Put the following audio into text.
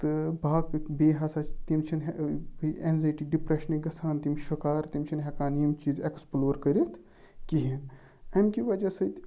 تہٕ باقٕے بیٚیہِ ہَسا چھِ تِم چھِنہ ہُہ ایٚنٛزایٹی ڈِپریشنٕکۍ گَژھان تِم شکار تِم چھِنہٕ ہیٚکان یِم چیٖز ایٚکٕسپٕلور کٔرِتھ کِہیٖنۍ اَمہِ کہِ وَجہ سۭتۍ